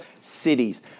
cities